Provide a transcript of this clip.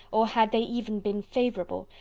or had they even been favourable,